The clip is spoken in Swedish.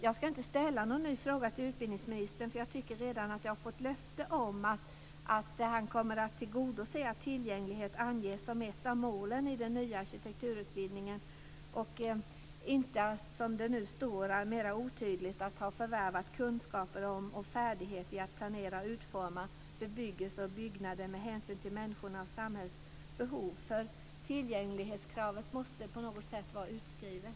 Jag ska inte ställa någon ny fråga till utbildningsministern, eftersom jag tycker att jag redan har fått löfte om att han kommer att tillgodose att tillgänglighet anges som ett av målen i den nya arkitekturutbildningen och att det inte som nu mera otydligt står att man ska ha förvärvat kunskaper om och färdighet i att planera och utforma bebyggelse och byggnader med hänsyn till människornas och samhällets behov. Tillgänglighetskravet måste på något sätt vara utskrivet.